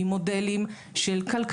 עם מודל כלכלי,